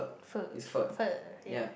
pho pho ya